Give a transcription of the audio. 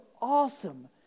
awesome